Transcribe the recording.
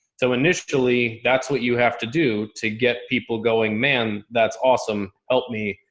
so initially that's what you have to do to get people going, man that's awesome. help me.